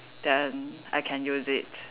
then I can use it